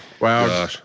wow